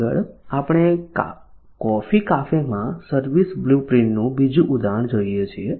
આગળ આપણે કોફી કાફેમાં સર્વિસ બ્લુપ્રિન્ટનું બીજું ઉદાહરણ જોઈએ છીએ